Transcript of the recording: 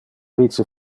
vice